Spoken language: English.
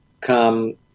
come